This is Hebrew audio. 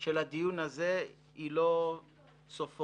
של הדיון הזה היא לא סופו.